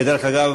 דרך אגב,